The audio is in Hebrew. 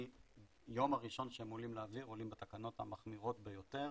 מהיום הראשון שהם עולים לאוויר הם עולים בתקנות המחמירות ביותר.